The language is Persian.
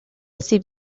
سیب